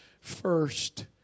first